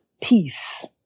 peace